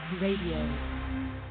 Radio